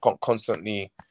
constantly